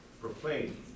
Proclaim